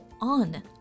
On